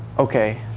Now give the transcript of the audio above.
ok,